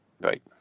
right